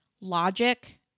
Logic